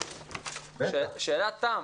--- עופר, שאלת תם.